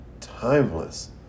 timeless